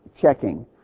checking